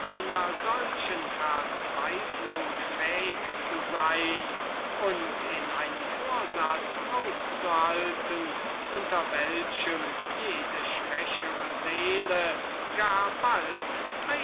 einer solchen verzweiflung fähig zu sein und in einem vorsatz auszuhalten unter welchem eine jede schwächere seele gar bald hätte